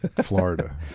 Florida